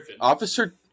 officer